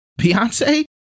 Beyonce